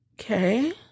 Okay